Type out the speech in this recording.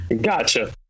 Gotcha